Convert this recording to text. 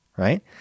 Right